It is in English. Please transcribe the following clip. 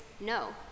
No